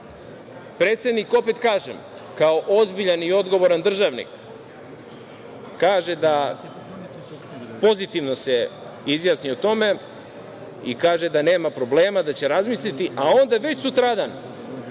Predsednik, opet kažem, kao ozbiljan i odgovoran državnik, pozitivno se izjasni o tome i kaže da nema problema, da će razmisliti, a onda već sutradan